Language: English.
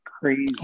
crazy